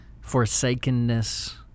forsakenness